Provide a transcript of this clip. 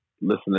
listening